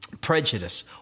prejudice